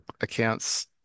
accounts